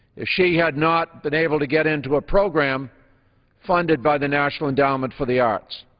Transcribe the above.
if she had not been able to get into a program funded by the national endowment for the arts.